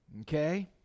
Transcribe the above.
Okay